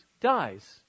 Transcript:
dies